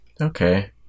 Okay